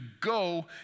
go